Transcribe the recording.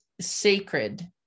sacred